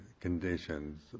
conditions